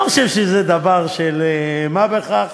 אני לא חושב שזה דבר של מה בכך.